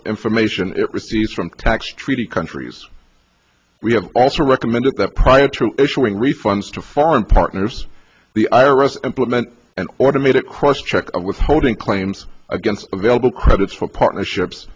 source information it receives from tax treaty countries we have also recommended that prior to issuing refunds to foreign partners the i r s implement an automated cross check of withholding claims against available credit for partnerships